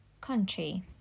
country